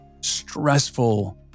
stressful